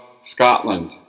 Scotland